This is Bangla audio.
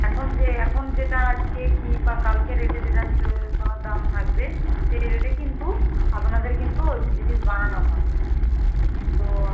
এখন যে এখন যেটা আজকে কী বা কালকে রেটে যেটা সোনার দাম থাকবে সেই রেটে কিন্তু আপনাদের কিন্তু জিনিস বানানো হবে তো